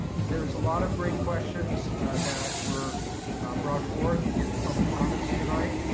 there's a lot of great questions that were brought forth in the public comments tonight.